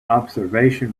observation